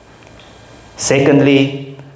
Secondly